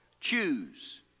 choose